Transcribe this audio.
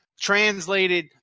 translated